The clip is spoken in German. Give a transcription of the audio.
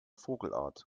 vogelart